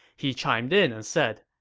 he chimed in and said,